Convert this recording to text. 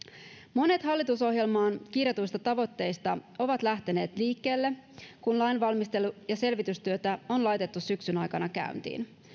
monet hallitusohjelmaan kirjatuista tavoitteista ovat lähteneet liikkeelle kun lainvalmistelu ja selvitystyötä on laitettu syksyn aikana käyntiin